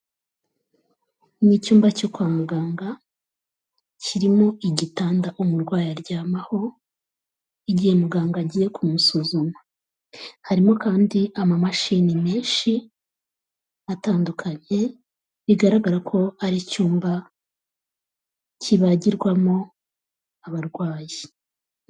Ni icyumba cyo kwa muganga kirimo igitanda umurwayi aryamaho igihe muganga agiye kumusuzuma, harimo kandi amamashini menshi atandukanye, bigaragara ko ari icyumba kibagirwamo abarwayi.